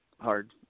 Hard